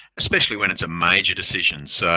especially when it's a major decision. so